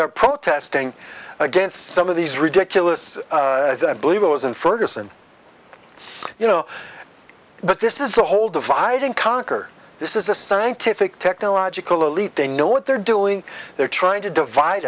there protesting against some of these ridiculous that believe it was in ferguson you know but this is the whole divide and conquer this is a scientific technological elite they know what they're doing they're trying to divide